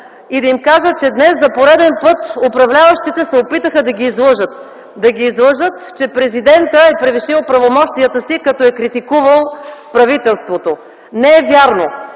и да им кажа, че днес за пореден път управляващите се опитаха да ги излъжат, да ги излъжат, че президентът е превишил правомощията си като е критикувал правителството. Не е вярно,